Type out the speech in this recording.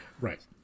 right